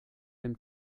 dem